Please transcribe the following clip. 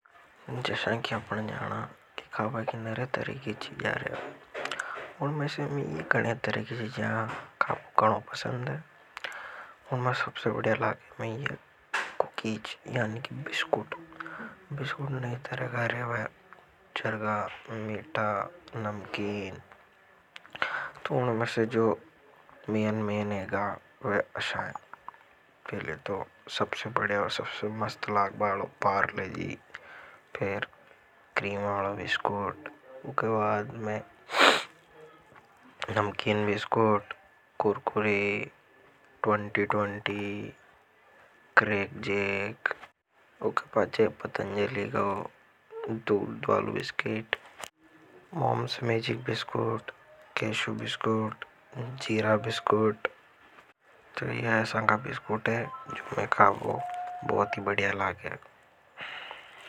जैसा कि आपने जाना कि खाबा के नरे तरह की चीज़ा रहा है। और उन में से भी घने तरह की चीज़ा खाबो गणों पसंद है। और मैं सबसे बढ़िया लागे मैं यह कुकीच यानि की बिस्कूट। बिस्कुट कई तरह के रेवे चरखा मिटा। नमकीन तू उनमें से जो मेन मेन है गा वह अशान पहले तो सबसे बड़े और सबसे मस्त लाख बा आलो पार्लेजी। फिर क्रीमाला विस्कूट उकेवाद। मैं में नमकीन विस्कूट कुर्कुरे दो हज़ार बीस क्रेकजेक ओकर पाचे पतंजली को दूढ़वालू biscuit. Mom's Magic biscuit cashew biscuit जीरा बिस्कुट तो यह ऐसा का बिस्कुट है जो मैं खाव वह बहुत ही बढ़िया लाग है।